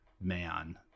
man